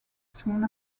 soon